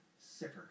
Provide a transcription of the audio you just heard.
sicker